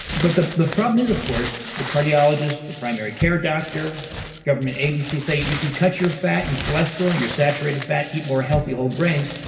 but the the problem is, of course, the cardiologists, the primary care doctor government agencies say that you should cut your fat and cholesterol, and your saturated fat, eat more healthy, whole grains,